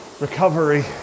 recovery